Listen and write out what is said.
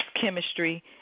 chemistry